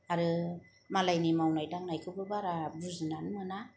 आरो मालायनि मावनाय दांनायखौबो बारा बुजिनानै मोना